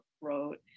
wrote